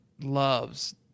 loves